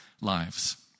lives